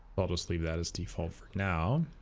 i'll just leave that as default for now